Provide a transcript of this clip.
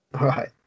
right